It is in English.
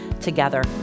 together